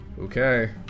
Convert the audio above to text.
Okay